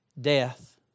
death